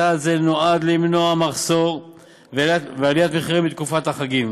צעד זה נועד למנוע מחסור ועליית מחירים בתקופת החגים,